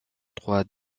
trois